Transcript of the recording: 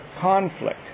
conflict